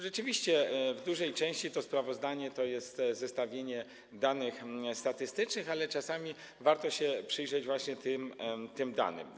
Rzeczywiście, w dużej części to sprawozdanie to jest zestawienie danych statystycznych, ale czasami warto się przyjrzeć tym danym.